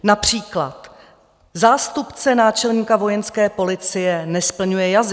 Například zástupce náčelníka Vojenské policie nesplňuje jazyk.